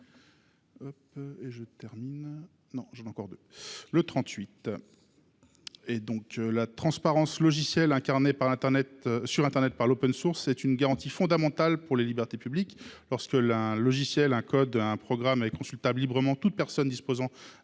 Dossus. La transparence logicielle, incarnée sur internet par l’, est une garantie fondamentale pour les libertés publiques. Lorsqu’un logiciel, un code ou un programme sont consultables librement, toute personne disposant